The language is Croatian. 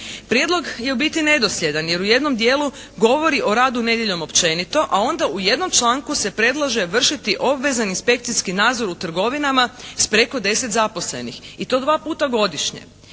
Prijedlog je u biti nedosljedan jer u jednom dijelu govori o radu nedjeljom općenito, a onda u jednom članku se predlaže vršiti obvezan inspekcijski nadzor u trgovinama s preko 10 zaposlenih i to 2 puta godišnje.